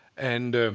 and